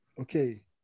Okay